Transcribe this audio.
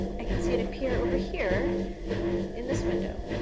i can see it appear over here in this window.